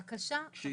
בבקשה.